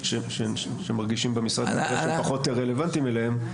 שמרגישים במשרד שהם פחות רלוונטיים אליהם,